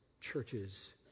churches